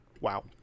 Wow